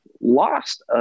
lost